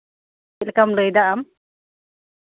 ᱪᱮᱫ ᱞᱮᱠᱟᱢ ᱞᱟᱹᱭᱮᱫᱟ ᱟᱢ